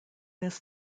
this